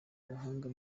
abahanga